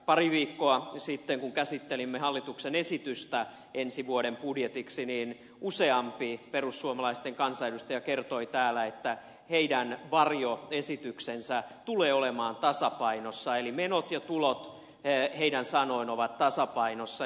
pari viikkoa sitten kun käsittelimme hallituksen esitystä ensi vuoden budjetiksi useampi perussuomalaisten kansanedustaja kertoi täällä että heidän varjoesityksensä tulee olemaan tasapainossa eli menot ja tulot heidän sanoin ovat tasapainossa